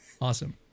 Awesome